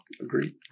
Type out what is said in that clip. Agreed